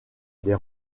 des